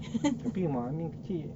tapi rumah amin kecil